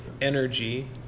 energy